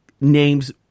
names